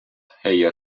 hair